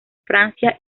francia